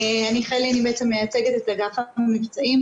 אני בעצם מייצגת את אגף המבצעים,